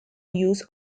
use